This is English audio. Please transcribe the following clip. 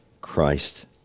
Christ